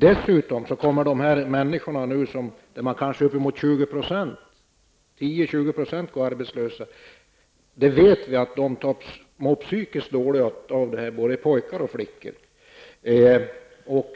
För närvarande går mellan 10 och uppemot 20 % arbetslösa, och vi vet att både pojkar och flickor mår psykiskt dåligt av detta.